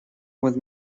with